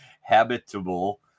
habitable